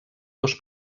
dos